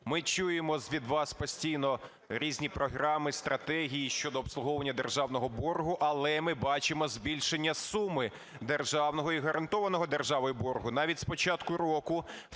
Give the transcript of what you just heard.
Ми чуємо від вас постійно різні програми, стратегії щодо обслуговування державного боргу, але ми бачимо збільшення суми державного і гарантованого державою боргу. Навіть з початку року